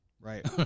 Right